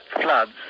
floods